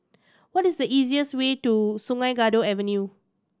what is the easiest way to Sungei Kadut Avenue